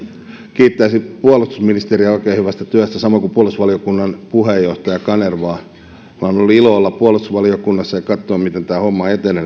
kiittäisin puolustusministeriä oikein hyvästä työstä samoin kuin puolustusvaliokunnan puheenjohtaja kanervaa on ollut ilo olla nyt kolme vuotta puolustusvaliokunnassa ja katsoa miten tämä homma etenee